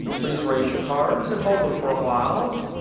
please raise your cards and hold them for a while